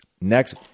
Next